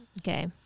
Okay